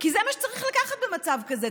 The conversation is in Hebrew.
כי זה מה שצריך לקחת במצב כזה.